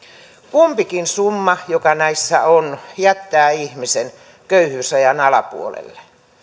kumpikin summa joka näissä on jättää ihmisen köyhyysrajan alapuolelle